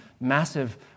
massive